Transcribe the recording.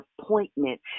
appointment